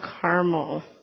caramel